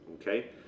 okay